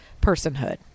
personhood